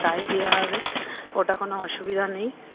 তাই দেওয়া হবে ওটা কোনো অসুবিধা নেই